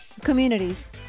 communities